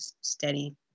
steady